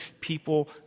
people